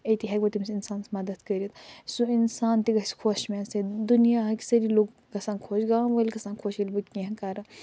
أتی ہٮ۪کہٕ بہِ تٔمِس اِنسانس مدتھ کٔرِتھ سُہ اِنسان تہِ گژھِ خۄش میٛانہِ سۭتۍ دنیاہٕکۍ سٲری لوٗکھ گژھن خۄش گامہٕ وٲلۍ گژھن خۄش ییٚلہِ بہٕ کیٚنٛہہ کٔرٕ